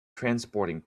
transporting